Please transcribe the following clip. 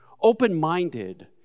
Open-minded